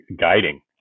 guiding